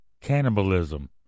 cannibalism